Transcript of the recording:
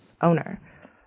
owner